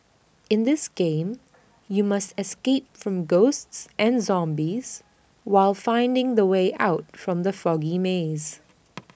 in this game you must escape from ghosts and zombies while finding the way out from the foggy maze